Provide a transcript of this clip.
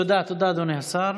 תודה, אדוני השר.